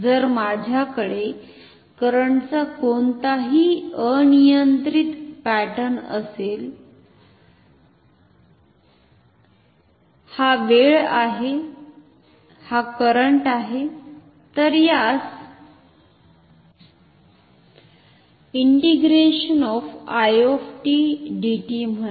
जर माझ्याकडे करंटचा कोणताही अनियंत्रित पॅटर्न असेल हा वेळ आहे हा करंट आहे तर यास म्हणा